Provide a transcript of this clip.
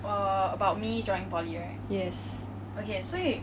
yes